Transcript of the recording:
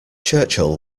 churchill